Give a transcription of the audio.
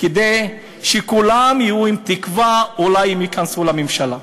כדי שכולם יהיו עם תקווה, אולי הם ייכנסו לממשלה,